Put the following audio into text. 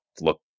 look